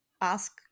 ask